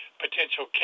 potential